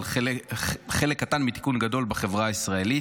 אבל חלק קטן מתיקון גדול בחברה הישראלית.